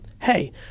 Hey